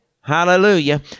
Hallelujah